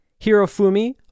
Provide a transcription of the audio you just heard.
Hirofumi